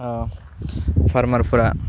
ओह फारमारफोरा